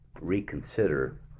reconsider